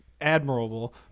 admirable